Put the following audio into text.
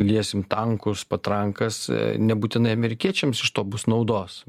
liesim tankus patrankas nebūtinai amerikiečiams iš to bus naudos